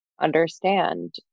understand